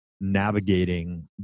navigating